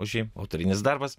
už jį autorinis darbas